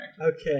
Okay